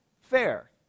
fair